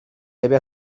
debe